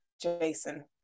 Jason